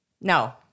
no